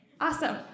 Awesome